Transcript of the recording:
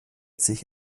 sich